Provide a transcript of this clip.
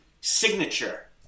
signature